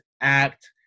act